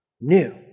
New